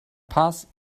paz